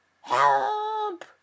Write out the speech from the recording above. Help